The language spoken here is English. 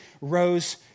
rose